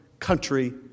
country